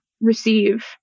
receive